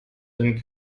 den